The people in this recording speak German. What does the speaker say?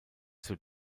zur